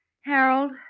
Harold